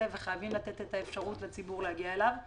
וחייבים לתת אפשרות לציבור להגיע אליו.